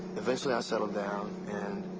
ieventually, i settled down, and.